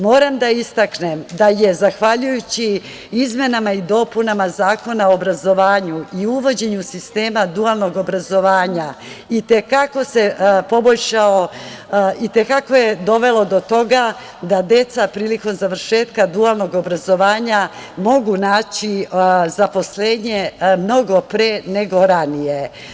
Moram da istaknem da je zahvaljujući izmena i dopunama Zakona o obrazovanju i uvođenju sistema dualnog obrazovanja i te kako se poboljšao, i te kako je dovelo do toga da deca prilikom završetka dualnog obrazovanja mogu naći zaposlenje mnogo pre nego ranije.